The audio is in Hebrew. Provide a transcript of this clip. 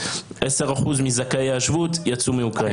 10% מזכאי השבות יצאו מאוקראינה.